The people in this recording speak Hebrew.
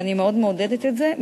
ואני מאוד מעודדת את זה,